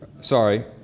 Sorry